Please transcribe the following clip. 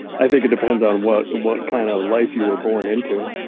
i think it depends on what what kind of life you were born into.